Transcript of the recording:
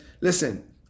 listen